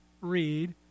read